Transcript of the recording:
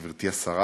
גברתי השרה,